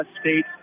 State